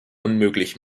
unmöglich